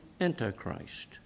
antichrist